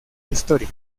historia